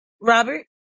Robert